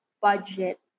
budget